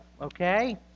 Okay